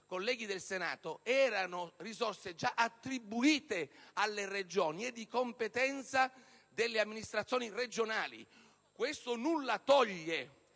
colleghi del Senato, erano già attribuite alle Regioni e di competenza delle amministrazioni regionali. Ciò nulla toglie